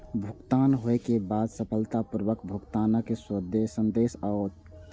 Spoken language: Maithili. भुगतान होइ के बाद सफलतापूर्वक भुगतानक संदेश आओत